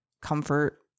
comfort